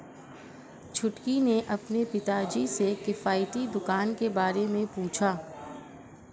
छुटकी ने अपने पिताजी से किफायती दुकान के बारे में पूछा